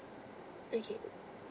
okay